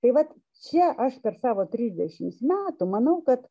tai vat čia aš per savo trisdešims metų manau kad